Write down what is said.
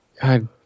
God